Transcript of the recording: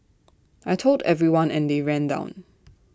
I Told everyone and they ran down